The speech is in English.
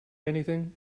anything